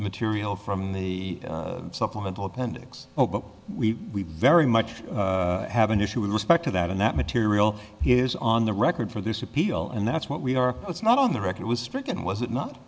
material from the supplemental appendix oh but we very much have an issue with respect to that and that material is on the record for this appeal and that's what we are that's not on the record was stricken was it not